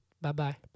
Bye-bye